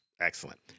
Excellent